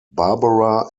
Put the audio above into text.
barbara